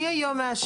מי היום מאשר?